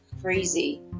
crazy